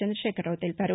చంద్రశేఖర్రావు తెలిపారు